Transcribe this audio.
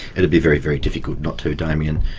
it would be very, very difficult not to, damien.